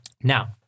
Now